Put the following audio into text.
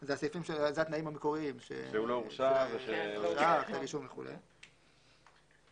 זה התנאים המקוריים, שהוא לא הורשע וכו'; (2)